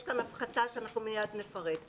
יש כאן הפחתה שמיד נפרט אותה.